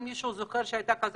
אם מישהו זוכר שהייתה כזו